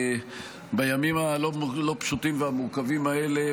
בימים הלא-פשוטים והמורכבים האלה,